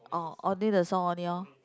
orh only the song only orh